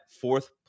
fourth